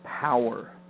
power